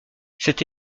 cette